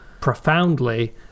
profoundly